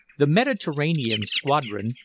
the mediterranean squadron,